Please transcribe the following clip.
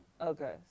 Okay